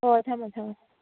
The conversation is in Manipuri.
ꯍꯣꯏ ꯊꯝꯃꯦ ꯊꯝꯃꯦ